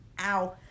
Ow